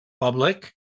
Public